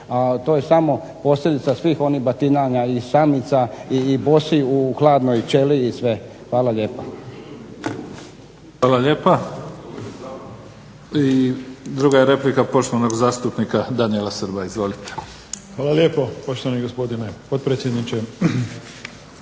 to je samo posljedica svih onih batinanja i samica i bosi u hladnoj ćeliji i sve. Hvala lijepa. **Mimica, Neven (SDP)** Hvala lijepa. I druga je replika poštovanog zastupnika Daniela Srba. Izvolite. **Srb, Daniel (HSP)** Hvala lijepo poštovani gospodine potpredsjedniče.